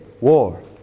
war